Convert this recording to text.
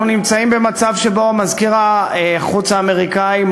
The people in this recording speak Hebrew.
אנחנו נמצאים במצב שבו מזכיר המדינה האמריקני